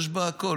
יש בה הכול.